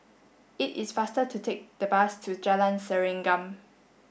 it is faster to take the bus to Jalan Serengam